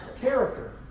character